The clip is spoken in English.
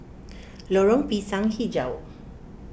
Lorong Pisang HiJau